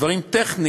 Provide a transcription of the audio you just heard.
אלה דברים טכניים,